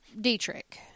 Dietrich